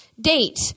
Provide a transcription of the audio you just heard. date